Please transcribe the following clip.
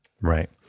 Right